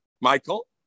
Michael